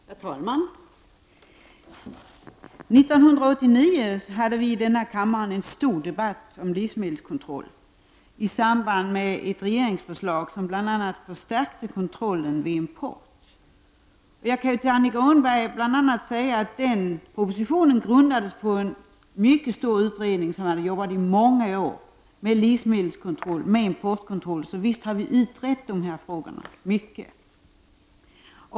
Herr talman! År 1989 hade vi i denna kammare en stor debatt om livsmedelskontroll, i samband med ett regeringsförslag om en skärpt kontroll av import. Jag kan till bl.a. Annika Åhnberg säga att den propositionen grundades på en mycket stor utredning som arbetat under många år med livsmedelskontroll och importkontroll, så visst har dessa frågor utretts mycket.